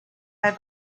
have